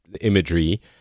imagery